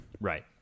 Right